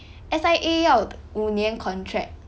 S_I_A 要五年 contract